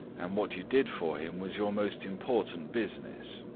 and what you did for him was your most important business.